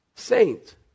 Saint